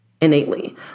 innately